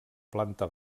planta